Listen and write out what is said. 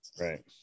Right